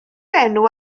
enw